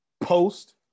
post